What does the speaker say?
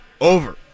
over